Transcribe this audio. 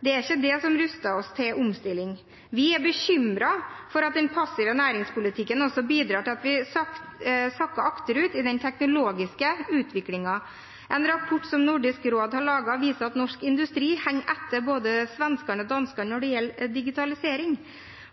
Det er ikke det som ruster oss til omstilling. Vi er bekymret for at den passive næringspolitikken også bidrar til at vi sakker akterut i den teknologiske utviklingen. En rapport som Nordisk råd har laget, viser at norsk industri henger etter både svenskene og danskene når det gjelder digitalisering.